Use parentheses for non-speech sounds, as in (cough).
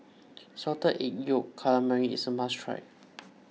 Salted Egg Yolk Calamari is a must try (noise)